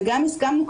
וגם הסכמנו,